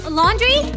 laundry